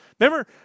remember